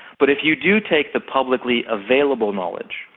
but if you do take the publicly-available knowledge,